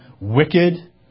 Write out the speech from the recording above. wicked